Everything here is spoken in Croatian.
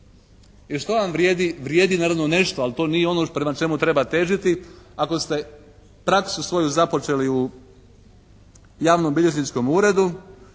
I što vam vrijedi naravno nešto, ali to nije ono prema čemu treba težiti ako ste praksu svoju započeli u javnobilježničkom uredu,